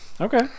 Okay